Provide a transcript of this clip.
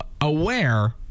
aware